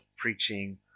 preaching